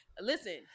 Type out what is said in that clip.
Listen